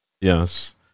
Yes